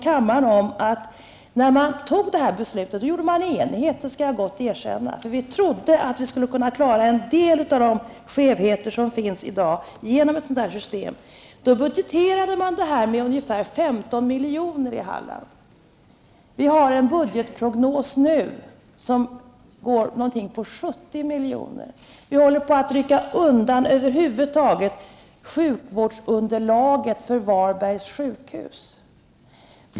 Detta beslut togs i enighet -- det kan jag gott erkänna -- då vi trodde att vi skulle kunna klara en del av de skevheter som finns i dag genom ett sådant system. Jag kan informera Börje Nilsson och kammaren om att man budgeterade det här med ungefär 15 milj.kr. i Halland, men att budgetprognosen nu är 70 milj.kr. Sjukvårdsunderlaget håller över huvud taget på att ryckas undan för Varbergs sjukhus.